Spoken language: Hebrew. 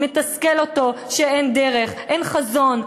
מתסכל אותו שאין דרך, שאין חזון.